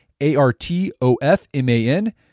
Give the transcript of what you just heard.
A-R-T-O-F-M-A-N